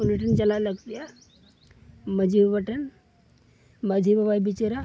ᱩᱱᱤᱴᱷᱮᱱ ᱪᱟᱞᱟᱜ ᱞᱟᱹᱠᱛᱤᱜᱼᱟ ᱢᱟᱺᱡᱷᱤ ᱵᱟᱵᱟᱴᱷᱮᱱ ᱢᱟᱺᱡᱷᱤ ᱵᱟᱵᱟᱭ ᱵᱤᱪᱟᱹᱨᱟ